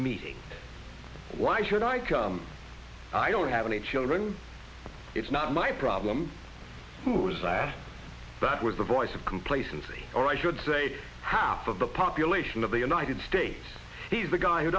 meeting why should i come i don't have any children it's not my problem was i that was the voice of complacency or i should say half of the population of the united states he's a guy who